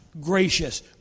gracious